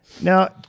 Now